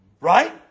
Right